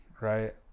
right